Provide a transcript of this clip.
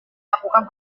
lakukan